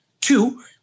Two